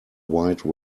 wide